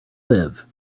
live